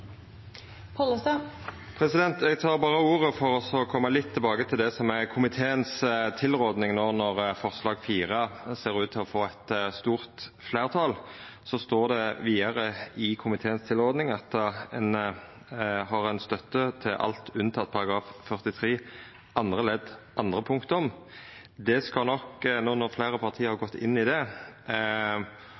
komiteens tilråding, no når forslag nr. 4 ser ut til å få eit stort fleirtal. Det står i tilrådinga frå komiteen at ein har støtte til alt unnateke § 43 andre ledd andre punktum. Det skal nok, no når fleire parti har gått inn i det,